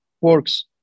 works